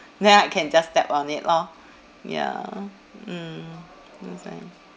then I can just tap on it lor ya mm